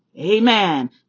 Amen